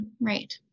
right